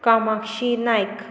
Kamakshi Naik